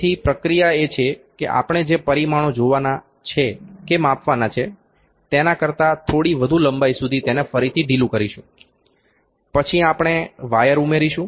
તેથી પ્રક્રિયા એ છે કે આપણે જે પરિમાણો જોવાના છે કે માપવાના છે તેના કરતા થોડી વધુ લંબાઇ સુધી તેને ફરીથી ઢીલું કરીશું પછી આપણે વાયર ઉમેરીશું